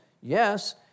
yes